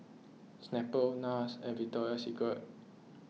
Snapple Nars and Victoria Secret